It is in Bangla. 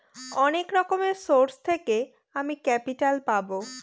অনেক রকম সোর্স থেকে আমি ক্যাপিটাল পাবো